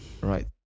Right